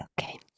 okay